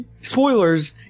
spoilers